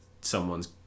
someone's